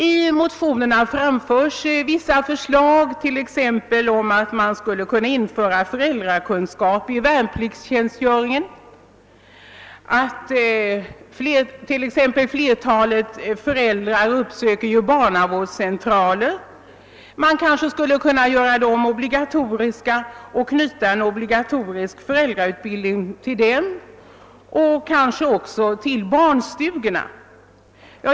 I motionerna framförs vissa förslag t.ex. att ämnet föräldrakunskap skulle kunna ingå i värnpliktstjänstgöringen, vidare att man, eftersom flertalet föräldrar uppsöker barnavårdscentraler, skulle kunna göra besöken obligatoriska och knyta en obligatorisk föräldrautbildning till dessa centraler, kanske även till barnstugorna.